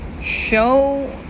show